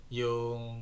yung